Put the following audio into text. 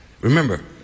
Remember